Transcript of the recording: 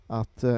att